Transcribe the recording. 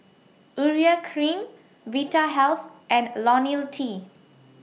Urea Cream Vitahealth and Ionil T